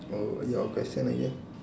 oh your question again